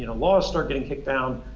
and laws start getting kicked down.